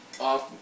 off